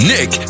Nick